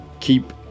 keep